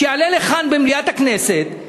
שיעלה לכאן במליאת הכנסת,